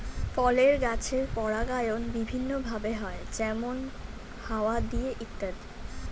ফলের গাছের পরাগায়ন বিভিন্ন ভাবে হয়, যেমন হাওয়া দিয়ে ইত্যাদি